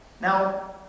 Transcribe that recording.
Now